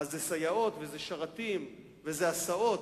ואז זה סייעות וזה שרתים וזה הסעות,